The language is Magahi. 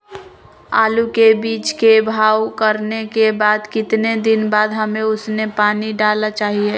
आलू के बीज के भाव करने के बाद कितने दिन बाद हमें उसने पानी डाला चाहिए?